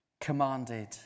commanded